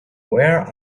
where